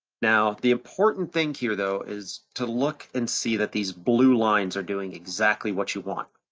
now the important thing here though, is to look and see that these blue lines are doing exactly what you want,